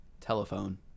Telephone